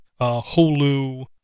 Hulu